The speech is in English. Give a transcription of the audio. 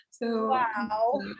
Wow